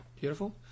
Beautiful